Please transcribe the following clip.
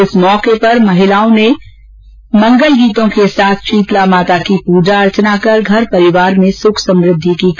इस मौके पर महिलाओं ने मंगल गीतों के साथ शीतला माता की पूजा अर्चना कर घर परिवार में सुख समृद्धि की कामना की